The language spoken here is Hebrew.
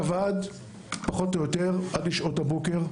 עבד פחות או יותר משעות הצוהריים ועד לשעות הבוקר.